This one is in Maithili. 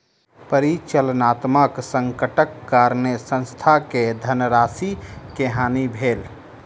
परिचालनात्मक संकटक कारणेँ संस्थान के धनराशि के हानि भेल